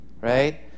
right